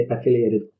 affiliated